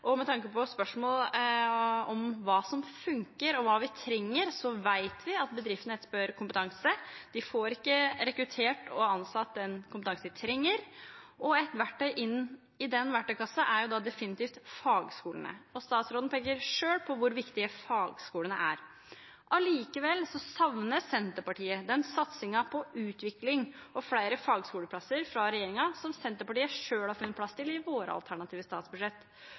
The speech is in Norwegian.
det. Med tanke på spørsmålet om hva som funker, og hva vi trenger, vet vi at bedriftene etterspør kompetanse. De får ikke rekruttert og ansatt den kompetansen de trenger. Et verktøy i verktøykassen er definitivt fagskolene. Statsråden peker selv på hvor viktig fagskolene er. Allikevel savner Senterpartiet den satsingen på utvikling og flere fagskoleplasser fra regjeringen som Senterpartiet selv har funnet plass til i sine alternative